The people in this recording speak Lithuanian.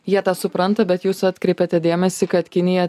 jie tą supranta bet jūs atkreipiate dėmesį kad kinija